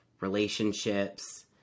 relationships